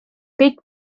kõik